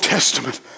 Testament